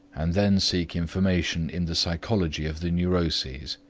and then seek information in the psychology of the neuroses.